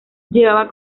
llevaba